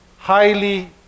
highly